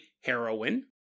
heroin